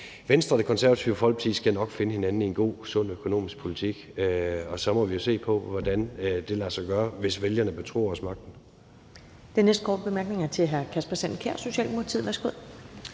Venstre og Det Konservative Folkeparti skal nok finde hinanden i en god og sund økonomisk politik, og så må vi jo se på, hvordan det lader sig gøre, hvis vælgerne betror os magten.